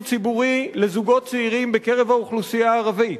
ציבורי לזוגות צעירים בקרב האוכלוסייה הערבית